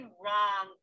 wrong